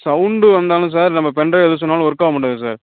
sound வந்தாலும் sir நம்ப pen drive எது சொருகுனாலும் ஒர்க் ஆக மாட்டுது சார்